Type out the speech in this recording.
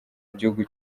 igihugu